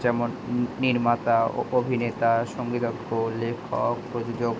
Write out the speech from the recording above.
যেমন নির্মাতা অভিনেতা সঙ্গীতজ্ঞ লেখক প্রযোজক